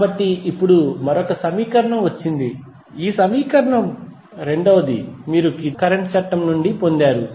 కాబట్టి ఇప్పుడు మరొక సమీకరణం వచ్చింది ఈ సమీకరణం రెండవది మీరు కిర్చాఫ్ కరెంట్ చట్టం నుండి పొందారు